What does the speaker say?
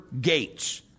gates